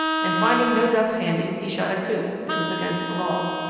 and finding no ducks handy he shot a coot, which was against the law.